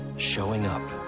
showing up.